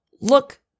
look